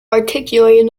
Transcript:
articulated